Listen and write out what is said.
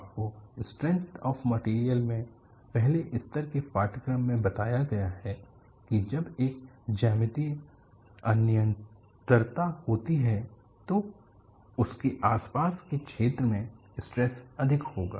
आपको strength of material में पहले स्तर के पाठ्यक्रम में बताया गया है कि जब एक ज्यामितीय अनिरंतरता होती है तो उस के आसपास के क्षेत्र में स्ट्रेस अधिक होगा